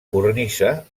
cornisa